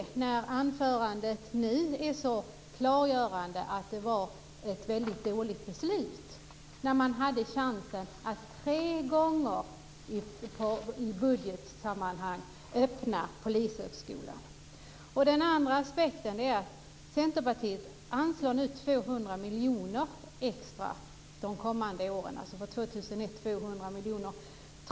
Rigmor Stenmarks anförande nu klargör ju att det var ett väldigt dåligt beslut. Man hade ju chansen tre gånger i budgetsammanhang att öppna Polishögskolan. Den andra aspekten gäller att nu anslår Centerpartiet 200 miljoner extra de kommande åren, dvs. 200 miljoner för 2001.